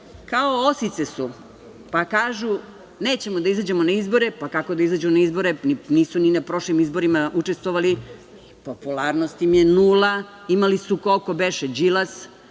osice su. Kažu – nećemo da izađemo na izbore. Pa, kako da izađu na izbore, nisu ni na prošlim izborima učestvovali, popularnost im je nula. Imali su ovi koji su